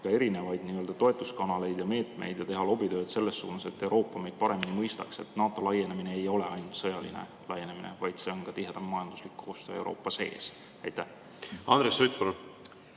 erinevaid toetuskanaleid ja meetmeid ning teha lobitööd selles suunas, et Euroopa meid paremini mõistaks, et NATO laienemine ei ole ainult sõjaline laienemine, vaid see on ka tihedam majanduslik koostöö Euroopa sees. Andres Sutt,